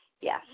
Yes